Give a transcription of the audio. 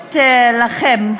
אומרת לכם,